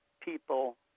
people